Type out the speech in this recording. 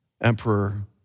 emperor